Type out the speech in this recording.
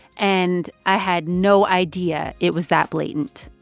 and i had no idea it was that blatant,